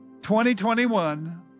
2021